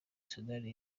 sudani